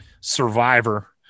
survivor